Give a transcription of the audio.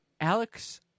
Alex